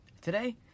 today